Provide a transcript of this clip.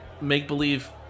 make-believe